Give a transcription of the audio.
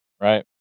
Right